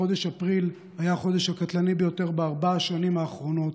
חודש אפריל היה החודש הקטלני ביותר בארבע השנים האחרונות,